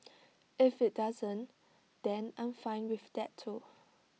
if IT doesn't then I'm fine with that too